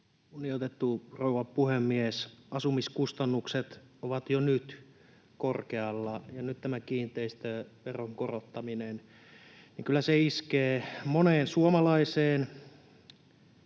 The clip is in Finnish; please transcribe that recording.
Kunnioitettu rouva puhemies! Asumiskustannukset ovat jo nyt korkealla, ja nyt tämä kiinteistöveron korottaminen kyllä iskee moneen suomalaiseen,